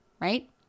Right